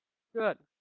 good.